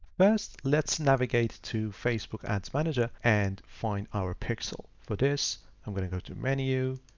first, let's navigate to facebook ads manager and find our pixel. for this. i'm going to go to menu,